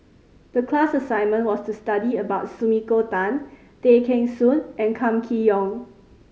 the class assignment was to study about Sumiko Tan Tay Kheng Soon and Kam Kee Yong